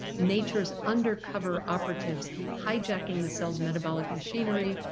nature's undercover operatives hijacking the cell's metabolic machinery,